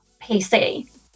PC